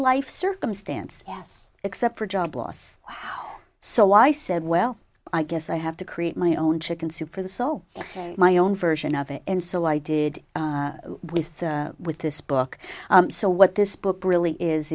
life circumstance yes except for job loss so i said well i guess i have to create my own chicken soup for the soul my own version of it and so i did with with this book so what this book really is